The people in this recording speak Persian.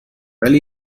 ولی